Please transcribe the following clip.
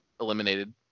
eliminated